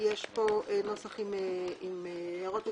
יש פה נוסח עם הערות ותיקונים.